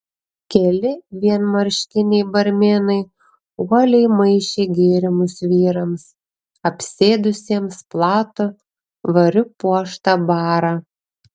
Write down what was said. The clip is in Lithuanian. keli vienmarškiniai barmenai uoliai maišė gėrimus vyrams apsėdusiems platų variu puoštą barą